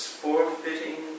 forfeiting